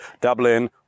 Dublin